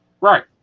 Right